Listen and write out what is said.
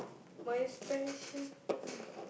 my special friend